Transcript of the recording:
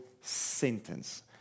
sentence